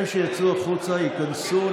אלה שיצאו החוצה ייכנסו,